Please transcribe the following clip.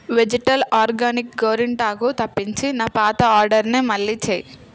vegetal organic గోరింటాకు తప్పించి నా పాత ఆర్డర్నే మళ్ళీ చేయి